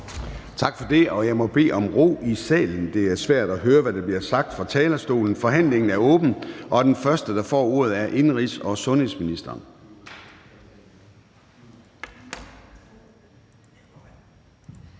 Tak for det. Jeg må bede om ro i salen; det er svært at høre, hvad der bliver sagt fra talerstolen. Forhandlingen er åbnet, og den første, der får ordet, er indenrigs- og sundhedsministeren.